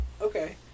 Okay